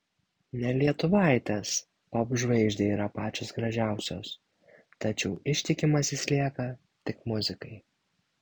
ne lietuvaitės popžvaigždei yra pačios gražiausios tačiau ištikimas jis lieka tik muzikai